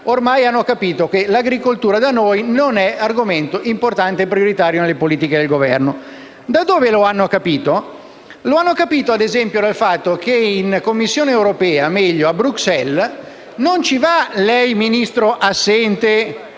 ormai hanno capito che l'agricoltura non è argomento importante e prioritario nelle politiche del Governo. Da cosa lo hanno capito? Lo hanno capito - ad esempio - dal fatto che in Commissione europea, o meglio a Bruxelles, non ci va lei, Ministro assente,